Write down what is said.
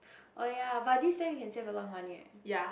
oh ya but this seem you can save a lot of money right